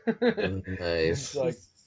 Nice